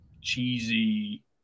cheesy